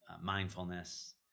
mindfulness